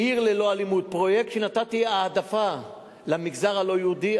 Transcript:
"עיר ללא אלימות" זה פרויקט שנתתי בו העדפה למגזר הלא-יהודי,